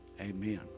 Amen